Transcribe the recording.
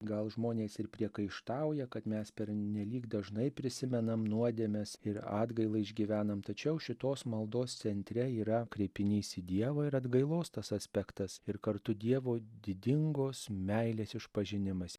gal žmonės ir priekaištauja kad mes pernelyg dažnai prisimenam nuodėmes ir atgailą išgyvenam tačiau šitos maldos centre yra kreipinys į dievą ir atgailos tas aspektas ir kartu dievo didingos meilės išpažinimas